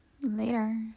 later